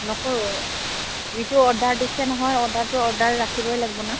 নকৰোঁ যিটো অৰ্ডাৰ দিছে নহয় অৰ্ডাৰটো অৰ্ডাৰ ৰাখিবই লাগব না